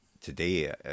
today